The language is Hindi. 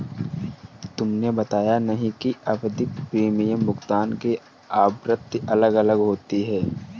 तुमने बताया नहीं कि आवधिक प्रीमियम भुगतान की आवृत्ति अलग अलग होती है